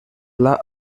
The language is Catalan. pla